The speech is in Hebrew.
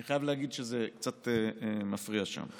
אני חייב להגיד שזה קצת מפריע שם.